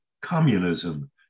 communism